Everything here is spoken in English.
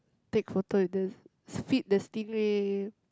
take photo with the feed the stingray